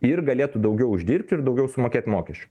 ir galėtų daugiau uždirbt ir daugiau sumokėt mokesčių